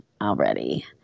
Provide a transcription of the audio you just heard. already